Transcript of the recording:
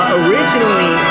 originally